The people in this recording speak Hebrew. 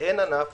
אין ענף